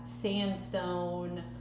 sandstone